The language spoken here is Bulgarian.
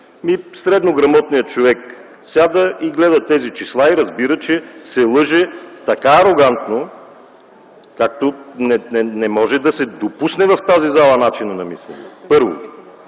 Среднограмотният човек сяда, гледа тези числа и разбира, че се лъже така арогантно както не може да се допусне в тази зала начина на мислене. Това